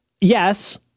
yes